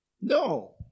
No